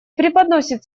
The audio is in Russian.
преподносит